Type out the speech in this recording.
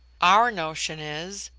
our notion is,